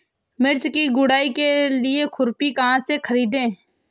मिर्च की गुड़ाई के लिए खुरपी कहाँ से ख़रीदे?